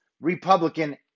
Republican